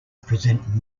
present